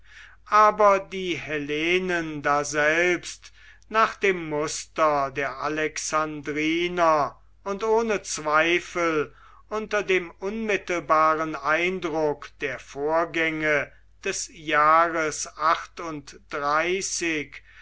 aber die hellenen daselbst nach dem muster der alexandriner und ohne zweifel unter dem unmittelbaren eindruck der vorgänge des jahres